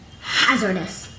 Hazardous